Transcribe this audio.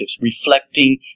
reflecting